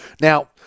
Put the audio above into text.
Now